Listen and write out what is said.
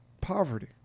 poverty